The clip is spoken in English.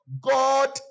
God